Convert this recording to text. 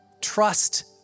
Trust